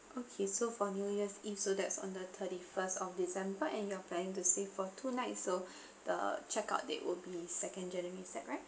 okay so for new year's eve so that's on the thirty first of december and you're planning to stay for two nights so the check out date will be second january is that right